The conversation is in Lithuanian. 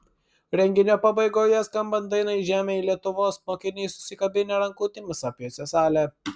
renginio pabaigoje skambant dainai žemėj lietuvos mokiniai susikabinę rankutėmis apjuosė salę